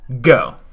Go